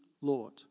Lord